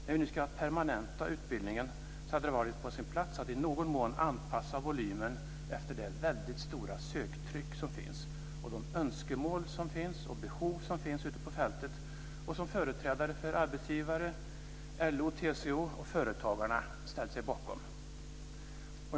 När vi nu ska permanenta utbildningen hade det varit på sin plats att i någon mån anpassa volymen efter det väldigt stora söktryck som finns och de önskemål och behov som finns ute på fältet och som företrädare för arbetsgivare, LO, TCO och Företagarna har ställt sig bakom.